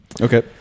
Okay